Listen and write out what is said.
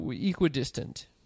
Equidistant